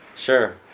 Sure